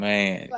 Man